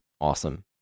awesome